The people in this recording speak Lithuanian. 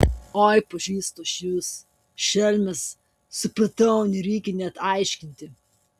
oi pažįstu aš jus šelmes supratau nereikia net aiškinti